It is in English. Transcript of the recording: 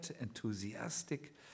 enthusiastic